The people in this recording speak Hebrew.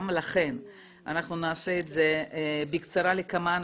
לכן אנחנו נעשה את זה בקצרה לכמה אנשים.